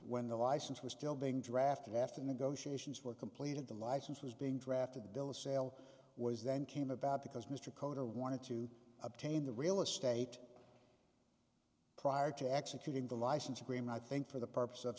when the license was still being drafted after the negotiations were completed the license was being drafted the bill of sale was then came about because mr coder wanted to obtain the real estate prior to executing the license agreement i think for the purpose of